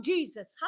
Jesus